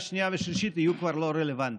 השנייה והשלישית יהיו כבר לא רלוונטיים.